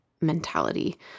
mentality